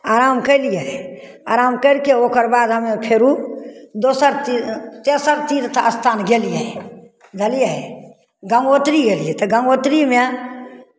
आराम केलियै आराम करि कऽ ओकर बाद हमे फेरो दोसर तीर्थ तेसर तीर्थ स्थान गेलियै बुझलियै गङ्गोत्री गेलियै तऽ गङ्गोत्रीमे